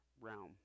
realm